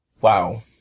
Wow